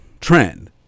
trend